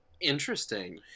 interesting